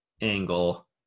angle